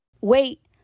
Wait